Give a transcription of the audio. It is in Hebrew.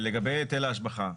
לגבי היטל ההשבחה.